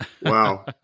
Wow